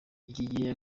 ikigiye